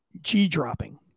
G-dropping